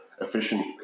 efficient